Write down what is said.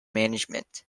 management